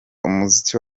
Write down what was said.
umuziki